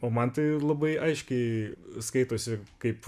o man tai labai aiškiai skaitosi kaip